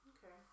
Okay